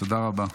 תודה רבה.